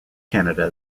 canada